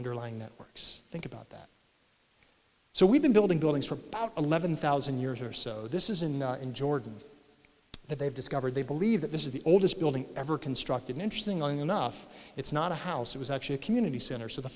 underlying networks think about that so we've been building buildings for power eleven thousand years or so this isn't in jordan that they've discovered they believe that this is the oldest building ever constructed interesting enough it's not a house it was actually a community center so the